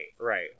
right